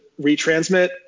retransmit